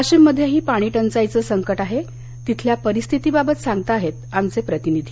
वाशिम मध्येही पाणी टंचाईचं संकट आहे तिथल्या परिस्थितीबाबत सांगताहेत आमचे प्रतिनिधी